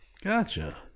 gotcha